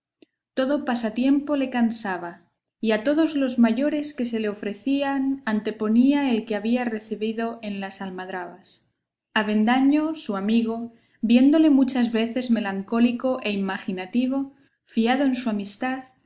todo pasatiempo le cansaba y a todos los mayores que se le ofrecían anteponía el que había recebido en las almadrabas avendaño su amigo viéndole muchas veces melancólico e imaginativo fiado en su amistad